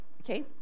Okay